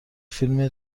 فیلم